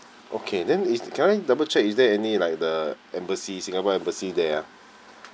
okay then is can I double chekc is there any like the embassy singapore embassy there ah